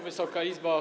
Wysoka Izbo!